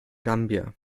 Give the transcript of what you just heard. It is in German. gambia